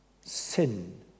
sin